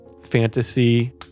fantasy